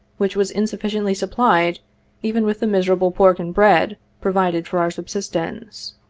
which was insufficiently supplied even with the miserable pork and bread pro vided for our subsistence.